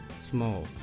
Small